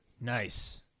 Nice